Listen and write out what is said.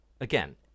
Again